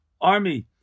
army